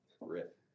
Rip